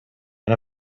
and